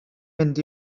mynd